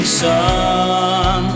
sun